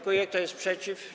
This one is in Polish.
Kto jest przeciw?